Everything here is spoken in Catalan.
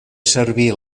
servir